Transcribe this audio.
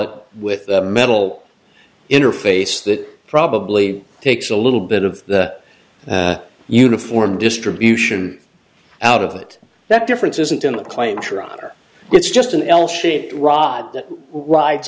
it with a metal interface that probably takes a little bit of the uniform distribution out of it that difference isn't in a claim trotter it's just an l shaped rod that rides